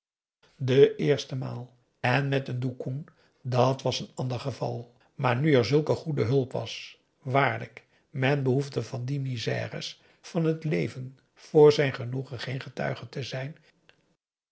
de eerste maal en met een doekoen dat was een ander geval maar nu er zulke goede hulp was waarlijk men behoefde van die misères van het leven voor zijn genoegen geen getuige te zijn